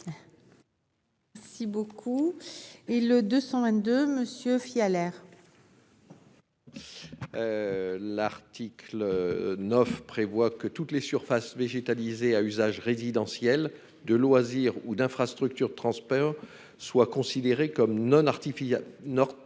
parole est à M. Bernard Fialaire. L'article 9 prévoit que toutes les surfaces végétalisées à usage résidentiel, de loisirs, ou d'infrastructures de transport soient considérées comme non artificialisées.